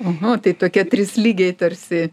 aha tai tokie trys lygiai tarsi